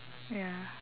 ya